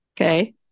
Okay